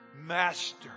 master